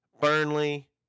Burnley